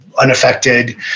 unaffected